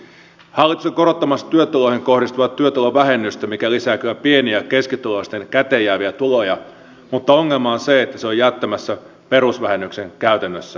hallitus on korottamassa työtuloihin kohdistuvaa työtulovähennystä mikä lisää kyllä pieni ja keskituloisten käteenjääviä tuloja mutta ongelma on se että se on jättämässä perusvähennyksen käytännössä ennalleen